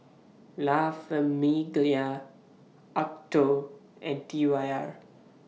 La Famiglia Acuto and T Y R